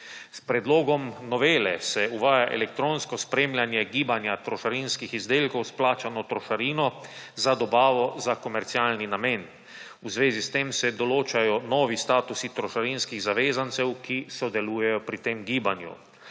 S predlogom novele se uvaja elektronsko spremljanje gibanja trošarinskih izdelkov s plačano trošarino za dobavo za komercialni namen. V zvezi s tem se določajo novi statusi trošarinskih zavezancev, ki sodelujejo pri tem gibanju.